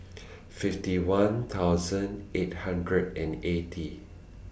fifty one thousand eight hundred and eighty